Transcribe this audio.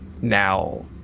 now